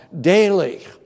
daily